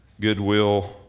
goodwill